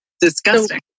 Disgusting